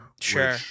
sure